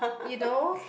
you know